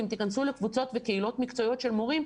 אם תיכנסו לקבוצות וקהילות מקצועיות של מורים,